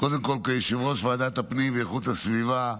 קודם כול, כיושב-ראש ועדת הפנים ואיכות הסביבה,